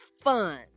fun